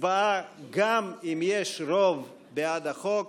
גם אם יש רוב בעד החוק,